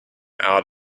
out